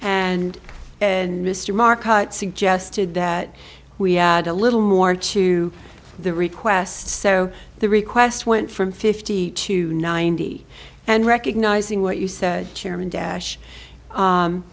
and and mr market suggested that we had a little more to the request so the request went from fifty to ninety and recognizing what you said chairman dash